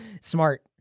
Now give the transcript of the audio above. Smart